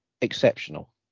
exceptional